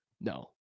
No